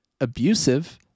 abusive